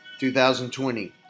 2020